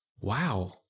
wow